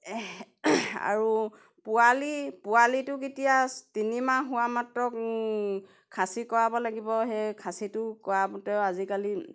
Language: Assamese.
আৰু পোৱালি পোৱালিটোক এতিয়া তিনি মাহ হোৱা মাত্ৰ খাচী কৰাব লাগিব সেই খাচীটো কৰাতেও আজিকালি